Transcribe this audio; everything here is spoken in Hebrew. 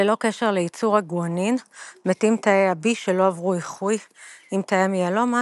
ללא קשר לייצור הגואנין מתים תאי ה-B שלא עברו איחוי עם תאי המיאלומה,